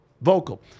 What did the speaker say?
vocal